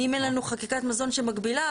או אפילו ראינו קודם עבירה,